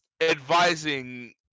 advising